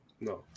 No